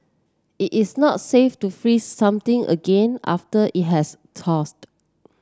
it is not safe to freeze something again after it has